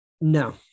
No